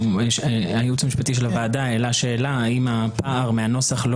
הייעוץ המשפטי של הוועדה העלה שאלה האם הפער מהנוסח לא